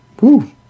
Woo